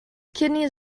kidneys